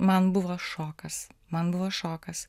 man buvo šokas man buvo šokas